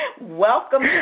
Welcome